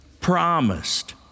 promised